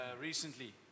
recently